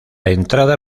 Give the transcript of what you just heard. entrada